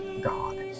god